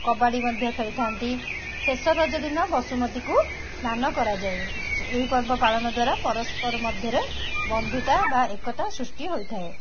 କବାଡ଼ି ମଧ୍ୟ ଖେଳିଥାନ୍ତି ଶେଷରଜ ଦିନ ବସୁମତୀଙ୍କୁ ସ୍ନାନ କରାଯାଏ ଏହିପର୍ବ ପାଳନଦ୍ଵାରା ପରସ୍ପର ମଧ୍ୟରେ ବନ୍ଧୁତା ବା ଏକତା ସୃଷ୍ଟି ହୋଇଥାଏ